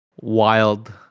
wild